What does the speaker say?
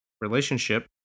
Relationship